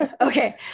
Okay